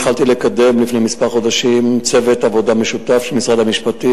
לפני כמה חודשים התחלתי לקדם צוות עבודה משותף של משרד המשפטים,